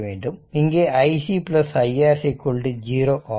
இங்கே iC iR 0 ஆகும்